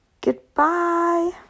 Goodbye